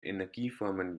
energieformen